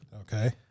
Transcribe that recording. Okay